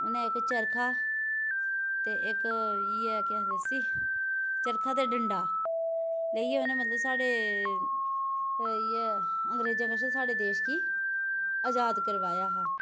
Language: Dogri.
उ'नें इक चरखा ते इक इ'यै केह् आखदे इसी चरखा ते डंडा लेइयै उ'नें मतलब साढ़े इ'यै अग्रेंजे कशा साढ़े देश गी अजाद करवाया हा